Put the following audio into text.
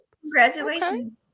Congratulations